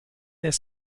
their